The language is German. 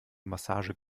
massage